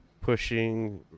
Pushing